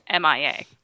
MIA